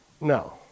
No